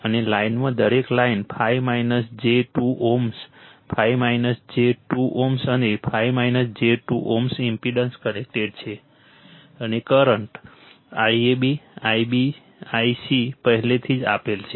અને લાઇનમાં દરેક લાઇન 5 j 2 Ω 5 j 2 Ω અને 5 j 2 Ω ઇમ્પેડન્સ કનેક્ટેડ છે અને current Ia Ib I c પહેલેથી જ આપેલ છે